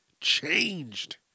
changed